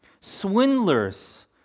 Swindlers